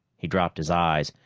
he dropped his eyes,